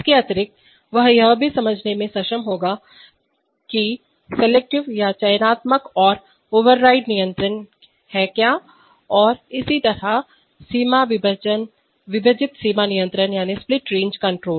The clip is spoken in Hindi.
इसके अतिरिक्त वह यह भी समझने में सक्षम होगा कि चयनात्मकसेलेक्टिव और ओवरराइड नियंत्रण हैं क्या हैं और इसी तरह विभाजित सीमा नियंत्रण स्प्लिट रेंज कंट्रोल